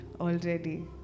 already